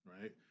Right